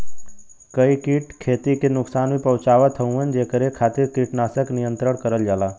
कई कीट खेती के नुकसान भी पहुंचावत हउवन जेकरे खातिर कीटनाशक नियंत्रण करल जाला